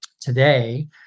today